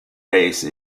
base